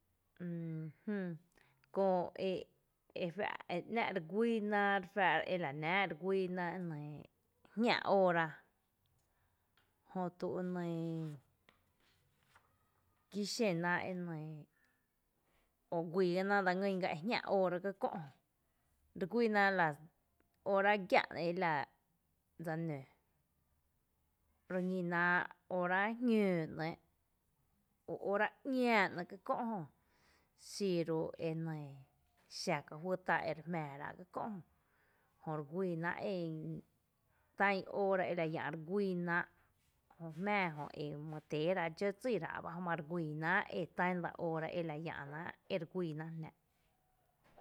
Mm Jÿÿ köö e fá’ e ‘ná’ re guíina re faa’ara e la nⱥⱥ re fáá’ra jñⱥ óora jötu e nɇɇ kí xena e nɇɇ’ o guiina gá dse ngýn gá e jñⱥ óora ká kö’ re guíina a la óora e giⱥ elaa dsa nǿǿ, reñínáa’ óra jñóó ‘né’ o óra ´ña ‘nɇɇ’ ká kö’ jö, xiru e nɇɇ’ xa ká juý tá ere jmⱥⱥ rá’ ka kö’ jö, jöre guíi náa’ tán óora ela llⱥ’ re guíináa’ jö jmⱥⱥ jö e my téeráa’ dxó dsírá’ b ama re guiiná’ e tan lɇ óora e re llⱥ’ náa’ ere guíi náá’ jnáa’.